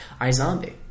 iZombie